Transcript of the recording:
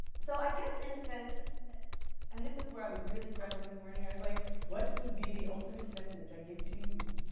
so i guess in a sense and this is where i was really struggling this morning. i was like what would be the ultimate message i give to you?